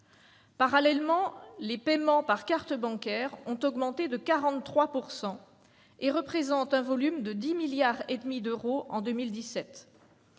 Parallèlement, les paiements par carte bancaire ont augmenté de 43 %; ils représentent un volume de 10,5 milliards d'euros en 2017.